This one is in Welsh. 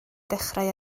dechrau